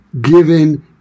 given